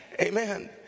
Amen